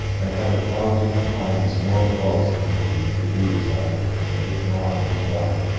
and have a thousand times more cause than he to do this outrage and it now is done.